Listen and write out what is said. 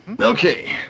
Okay